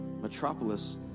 Metropolis